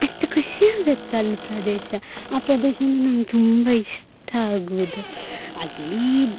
ಅಷ್ಟು ಖುಷಿ ಆಗತ್ತೆ ಅಲ್ಲಿ ಪ್ರದೇಶ ಆ ಪ್ರದೇಶನ ನಂಗೆ ತುಂಬ ಇಷ್ಟ ಆಗುವುದು ಅಲ್ಲಿ